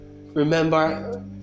Remember